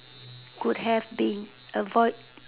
could have been avoid